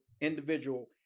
individual